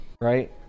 right